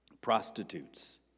prostitutes